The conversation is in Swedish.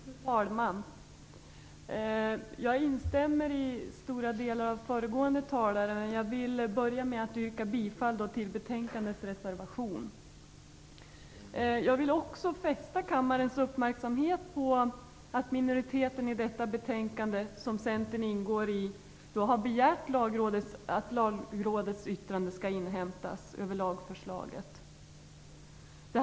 Fru talman! Jag instämmer i stora delar i det som föregående talare sade. Men jag vill börja med att yrka bifall till reservationen i betänkandet. Jag vill också fästa kammarens uppmärksamhet på att utskottets minoritet, som Centern ingår i, har begärt att Lagrådets yttrande över lagförslaget skall inhämtas.